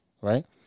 right